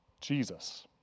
Jesus